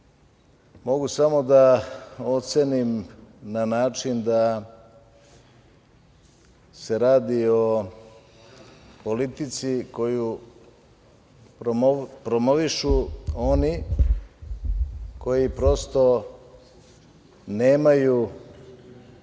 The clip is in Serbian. mogu samo da ocenim na način da se radi o politici koju promovišu oni koji prosto nemaju